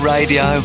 Radio